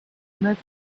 must